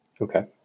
Okay